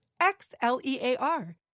X-L-E-A-R